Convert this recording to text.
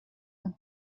and